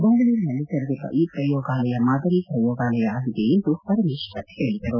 ಬೆಂಗಳೂರಿನಲ್ಲಿ ತೆರೆದಿರುವ ಈ ಪ್ರಯೋಗಾಲಯ ಮಾದರಿ ಪ್ರಯೋಗಾಲಯ ಆಗಿದೆ ಎಂದು ಪರಮೇಶ್ವರ್ ಹೇಳಿದರು